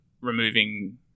removing